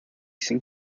sin